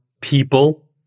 people